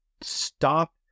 stop